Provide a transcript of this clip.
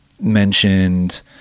mentioned